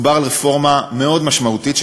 מדובר על רפורמה מאוד משמעותית,